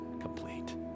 complete